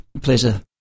Pleasure